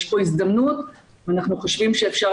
יש פה הזדמנות ואנחנו חושבים שאפשר